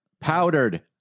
Powdered